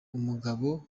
umugabo